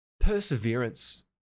perseverance